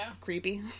creepy